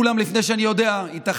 דבר עם שוסטר.